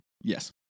yes